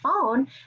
phone